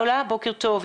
בוקר טוב.